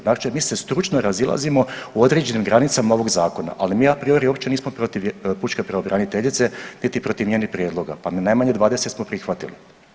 Znači mi se stručno razilazimo u odrađenim granicama ovog zakona, ali mi a priori uopće nismo protiv pučke pravobraniteljice niti protiv njenih prijedloga, pa najmanje 20 smo prihvatili.